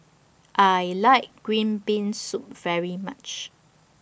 I like Green Bean Soup very much